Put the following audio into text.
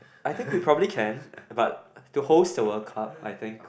I think we probably can but to host the World Cup I think